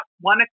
one